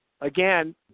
Again